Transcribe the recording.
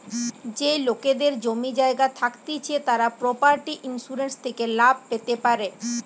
যেই লোকেদের জমি জায়গা থাকতিছে তারা প্রপার্টি ইন্সুরেন্স থেকে লাভ পেতে পারে